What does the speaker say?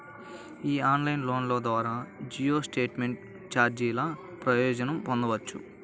ఈ ఆన్లైన్ లోన్ల ద్వారా జీరో స్టేట్మెంట్ ఛార్జీల ప్రయోజనం పొందొచ్చు